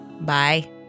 Bye